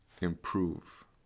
improve